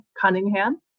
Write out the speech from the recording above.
Cunningham